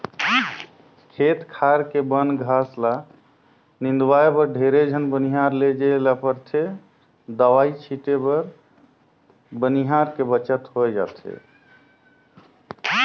खेत खार के बन घास ल निंदवाय बर ढेरे झन बनिहार लेजे ले परथे दवई छीटे बर बनिहार के बचत होय जाथे